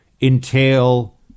entail